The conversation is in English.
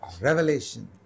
Revelation